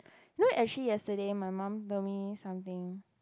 no actually yesterday my mum told me something